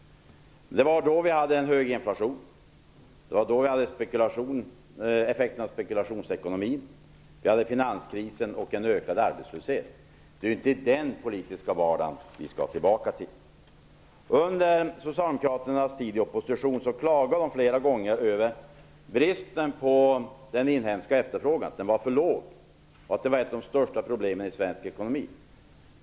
Det var då vi hade hög inflation och led av effekterna av spekulationsekonomin. Vi hade en finanskris och en ökad arbetslöshet. Det är inte den politiska vardag som vi skall tillbaka till. Socialdemokraterna klagade under sin tid i opposition flera gånger över bristen på inhemsk efterfrågan. Att den var för låg var ett av de största problemen i svensk ekonomi.